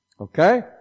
Okay